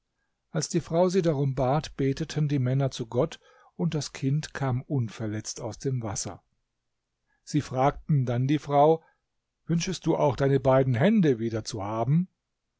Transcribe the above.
als die frau sie darum bat beteten die männer zu gott und das kind kam unverletzt aus dem wasser sie fragten dann die frau wünschest du auch deine beiden hände wieder zu haben